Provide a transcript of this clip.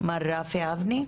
מר רפי אבני?